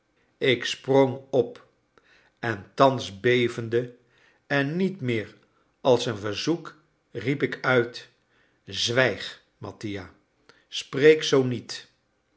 ik sprong op en thans bevende en niet meer als een verzoek riep ik uit zwijg mattia spreek zoo niét